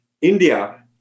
India